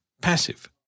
Passive